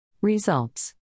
Results